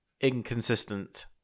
inconsistent